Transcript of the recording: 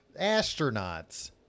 Astronauts